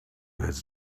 his